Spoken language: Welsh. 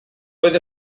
oedd